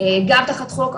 גם תחת חוק,